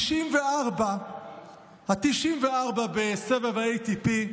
ה-94 בסבב ה-ATP.